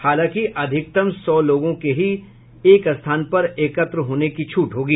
हालांकि अधिकतम सौ लोगों के ही एक स्थान पर एकत्र होने की छूट होगी